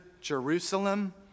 jerusalem